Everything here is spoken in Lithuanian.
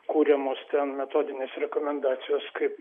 kuriamos ten metodinės rekomendacijos kaip